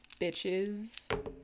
bitches